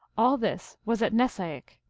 all this was at nessaik,